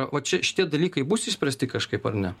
va čia šitie dalykai bus išspręsti kažkaip ar ne